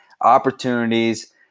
opportunities